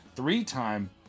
three-time